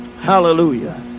hallelujah